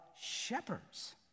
shepherds